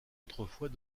autrefois